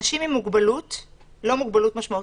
לא מוגבלות משמעותית,